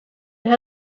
that